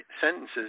sentences